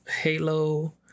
Halo